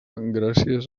gràcies